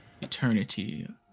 eternity